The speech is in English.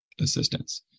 assistance